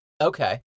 Okay